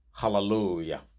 Hallelujah